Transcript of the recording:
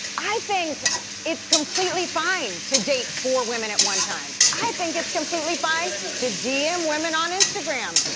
i think it's completely fine to date four women at one time. i think its completely fine to dm women on instagram.